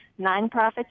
nonprofits